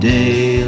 Day